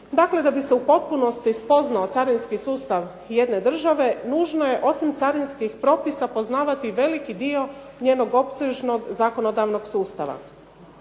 Dakle da bi se u potpunosti spoznao carinski sustav jedne države nužno je osim carinskih propisa poznavati veliki dio njenog opsežnog zakonodavnog sustava.